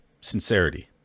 sincerity